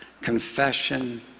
Confession